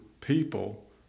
people